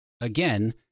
Again